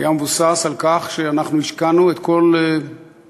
היה מבוסס על כך שאנחנו השקענו את כל משאבינו,